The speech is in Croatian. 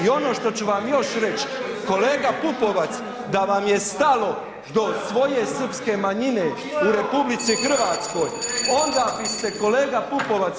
I ono što ću vam još reći, kolega Pupovac, da vam je stalo do svoje srpske manjine u RH, onda biste kolega Pupovac